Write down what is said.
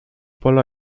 pola